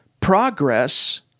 progress